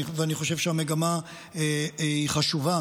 ואני חושב שהמגמה היא חשובה,